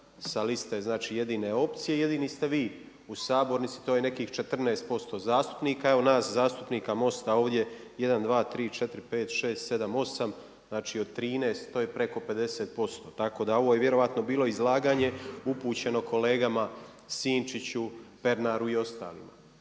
sa liste Jedine opcije i jedini ste vi u sabornici, to je nekih 14% zastupnika. Evo nas zastupnika MOST-a ovdje 1,2,3,4,5,6,7,8 znači od 13 to je preko 50%. Tako da ovo je vjerojatno bilo izlaganje upućeno kolegama Sinčiću, Pernaru i ostalima